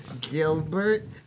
Gilbert